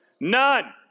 None